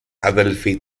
αδελφή